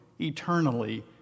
eternally